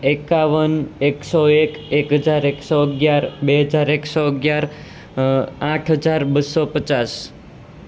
એકાવન એકસો એક એક હજાર એકસો અગિયાર બે હજાર એકસો અગિયાર આઠ હજાર બસો પચાસ